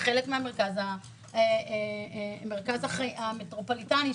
היא חלק מן המרכז המטרופוליטני שלי.